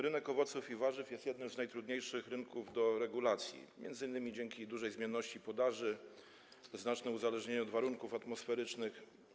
Rynek owoców i warzyw jest jednym z najtrudniejszych rynków do regulacji, m.in. ze względu na dużą zmienność podaży, znaczne uzależnienie od warunków atmosferycznych.